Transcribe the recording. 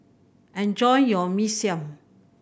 enjoy your Mee Siam